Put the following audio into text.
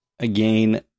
Again